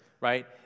right